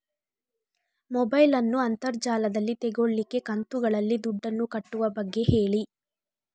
mobile ನ್ನು ಅಂತರ್ ಜಾಲದಲ್ಲಿ ತೆಗೋಲಿಕ್ಕೆ ಕಂತುಗಳಲ್ಲಿ ದುಡ್ಡನ್ನು ಕಟ್ಟುವ ಬಗ್ಗೆ ಹೇಳಿ